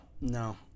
no